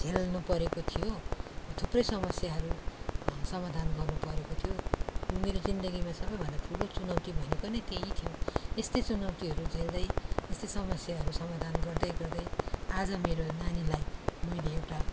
झेल्नु परेको थियो थुप्रै समस्याहरू समाधान गर्नु परेको थियो मेरो जिन्दागीमा सबभन्दा ठुलो चुनौती भनेको नै त्यही थियो यस्तै चुनौतीहरू झेल्दै यस्तै समस्याहरू समाधान गर्दै गर्दै आज मेरो नानीलाई मैले एउटा